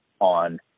on